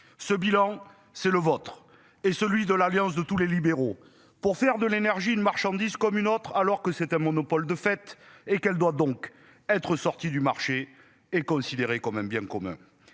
Ce bilan, c'est le vôtre et celui de l'alliance de tous les libéraux pour faire de l'énergie une marchandise comme une autre, alors que c'est un monopole de fait et qu'elle doit donc être sorti du marché est considéré comme un bien commun.